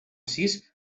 sis